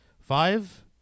Five